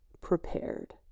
prepared